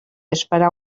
esperar